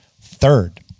third